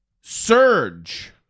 surge